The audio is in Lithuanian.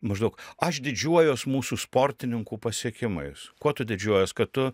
maždaug aš didžiuojuos mūsų sportininkų pasiekimais kuo tu didžiuojies kad tu